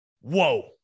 whoa